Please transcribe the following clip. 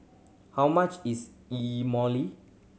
how much is Imoli